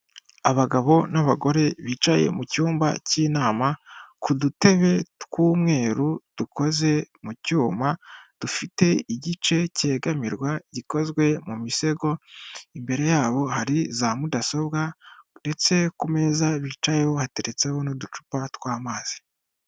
Abagabo n'abagore bicaye mu cumba cy'inama, ku dutebe tw'umweru dukoze mu cyuma dufite igice cyegamirwa gikozwe mu misego. Imbere yabo hari za mudasobwa ndetse ku meza bicayeho hateretseho n'uducupa tw'amazi.